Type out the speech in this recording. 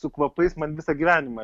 su kvapais man visą gyvenimą